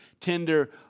tender